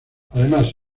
además